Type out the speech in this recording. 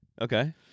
Okay